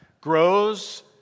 grows